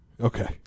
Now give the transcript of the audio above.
Okay